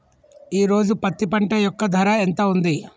ఈ రోజు పత్తి పంట యొక్క ధర ఎంత ఉంది?